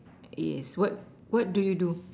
yes what what do you do